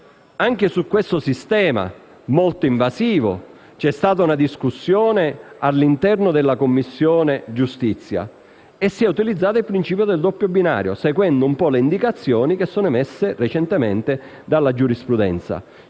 Anche su questo sistema, molto invasivo, si è svolta una discussione all'interno della Commissione giustizia e si è utilizzato il principio del doppio binario, seguendo le indicazioni emerse recentemente in giurisprudenza.